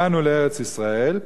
באנו לארץ-ישראל,